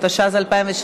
התשע"ז 2017,